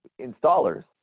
installers